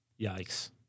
Yikes